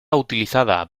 utilizada